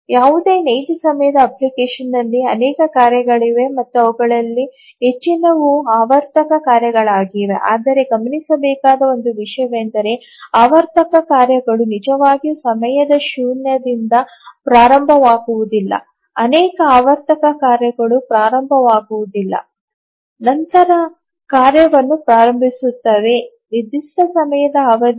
ಯಾವುದೇ ನೈಜ ಸಮಯದ ಅಪ್ಲಿಕೇಶನ್ನಲ್ಲಿ ಅನೇಕ ಕಾರ್ಯಗಳಿವೆ ಮತ್ತು ಅವುಗಳಲ್ಲಿ ಹೆಚ್ಚಿನವು ಆವರ್ತಕ ಕಾರ್ಯಗಳಾಗಿವೆ ಆದರೆ ಗಮನಿಸಬೇಕಾದ ಒಂದು ವಿಷಯವೆಂದರೆ ಆವರ್ತಕ ಕಾರ್ಯಗಳು ನಿಜವಾಗಿಯೂ ಸಮಯದ ಶೂನ್ಯದಿಂದ ಪ್ರಾರಂಭವಾಗುವುದಿಲ್ಲ ಅನೇಕ ಆವರ್ತಕ ಕಾರ್ಯಗಳು ಪ್ರಾರಂಭವಾಗುವುದಿಲ್ಲ ನಂತರ ಕಾರ್ಯವನ್ನು ಪ್ರಾರಂಭಿಸುತ್ತವೆ ನಿರ್ದಿಷ್ಟ ಸಮಯದ ಅವಧಿ